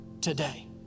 today